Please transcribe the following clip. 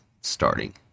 starting